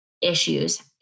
issues